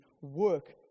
work